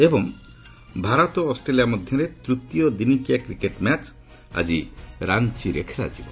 ଏବଂ ଭାରତ ଓ ଅଷ୍ଟ୍ରେଲିଆ ମଧ୍ୟରେ ତୃତୀୟ ଦିନିକିଆ କ୍ରିକେଟ୍ ମ୍ୟାଚ୍ ଆଜି ରାଞ୍ଚିରେ ଖେଳାଯିବ